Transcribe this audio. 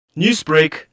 Newsbreak